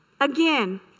Again